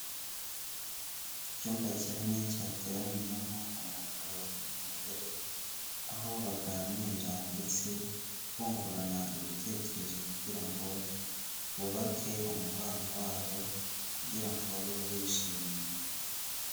Icyumba kinini cyateraniyemo umugabo n'umugore aho baganira ndetse bungurana ibitekerezo kugira ngo bubake umubano wabo kugira ngo babeho bishimye.